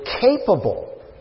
capable